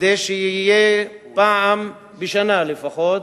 כדי שיהיה פעם בשנה לפחות